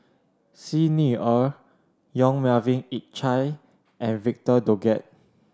Xi Ni Er Yong Melvin Yik Chye and Victor Doggett